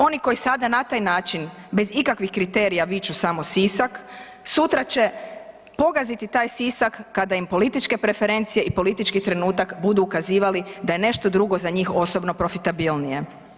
Oni koji sada na taj način bez ikakvih kriterija viču samo Sisak, sutra će pogaziti taj Sisak kada im političke preferencije i politički trenutak budu ukazivali da je nešto drugo za njih osobno profitabilnije.